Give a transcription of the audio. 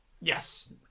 Yes